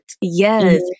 Yes